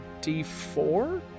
d4